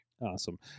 awesome